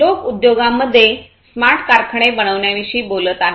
लोक उद्योगांमध्ये स्मार्ट कारखाने बनवण्याविषयी बोलत आहेत